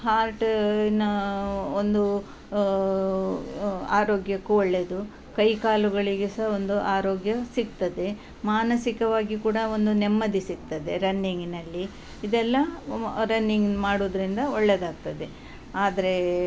ಹಾರ್ಟಿನ ಒಂದು ಆರೋಗ್ಯಕ್ಕು ಒಳ್ಳೆಯದು ಕೈ ಕಾಲುಗಳಿಗೆ ಸಹ ಒಂದು ಆರೋಗ್ಯ ಸಿಗ್ತದೆ ಮಾನಸಿಕವಾಗಿಯು ಕೂಡ ಒಂದು ನೆಮ್ಮದಿ ಸಿಗ್ತದೆ ರನ್ನಿಂಗಿನಲ್ಲಿ ಇದೆಲ್ಲ ರನ್ನಿಂಗ್ ಮಾಡೋದ್ರಿಂದ ಒಳ್ಳೆಯದಾಗ್ತದೆ ಆದರೆ